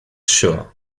sure